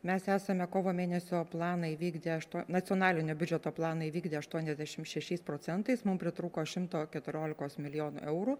mes esame kovo mėnesio planą įvykdę nacionalinio biudžeto planą įvykdę aštuoniasdešim šešiais procentais mum pritrūko šimto keturiolikos milijonų eurų